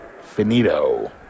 finito